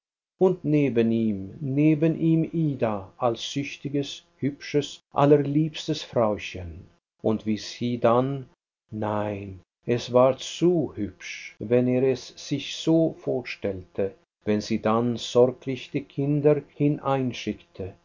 und neben ihm neben ihm ida als züchtiges hübsches allerliebstes frauchen und wie sie dann nein es war zu hübsch wenn er es sich so vorstellte wenn sie dann sorglich die kinder